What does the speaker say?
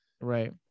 Right